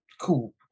Cool